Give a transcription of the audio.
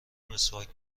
مسواک